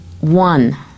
one